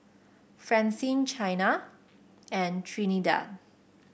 Francine Chyna and Trinidad